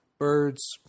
Birds